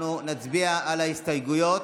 אנחנו נצביע על ההסתייגויות.